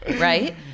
right